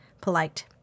polite